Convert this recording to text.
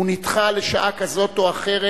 הוא נדחה לשעה כזאת או אחרת.